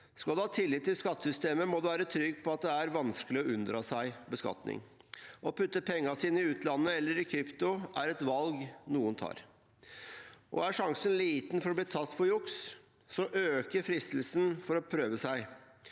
Skal man ha tillit til skattesystemet, må man være trygg på at det er vanskelig å unndra seg beskatning. Å plassere pengene sine i utlandet eller i krypto er et valg noen tar. Er sjansen liten for å bli tatt for juks, øker fristelsen til å prøve seg.